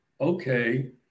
okay